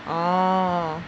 orh